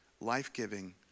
life-giving